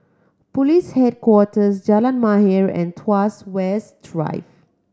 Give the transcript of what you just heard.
Police Headquarters Jalan Mahir and Tuas West Drive